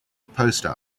poster